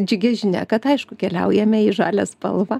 džiugi žinia kad aišku keliaujame į žalią spalvą